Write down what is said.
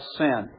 sin